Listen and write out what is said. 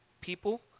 people